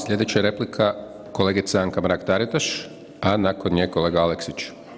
Slijedeća replika kolegica Anka Mrak Taritaš, a nakon nje kolega Aleksić.